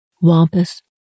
Wampus